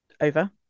over